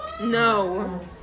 No